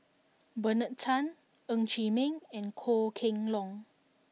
Bernard Tan Ng Chee Meng and Goh Kheng Long